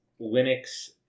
Linux